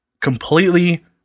completely